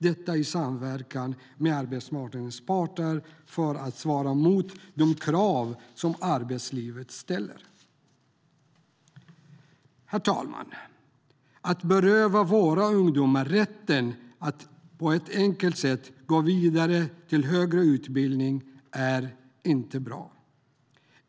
Detta ska ske i samverkan med arbetsmarknadens parter för att svara mot de krav som arbetslivet ställer. Herr talman! Att beröva våra ungdomar rätten att på ett enkelt sätt gå vidare till högre utbildning är inte bra.